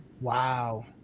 Wow